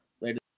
later